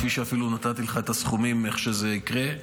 אפילו נתתי לך את הסכומים על איך שזה יקרה.